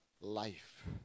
life